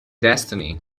destiny